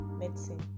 Medicine